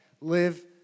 Live